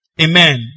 Amen